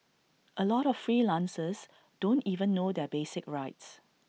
A lot of freelancers don't even know their basic rights